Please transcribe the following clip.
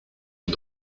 une